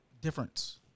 Difference